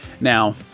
Now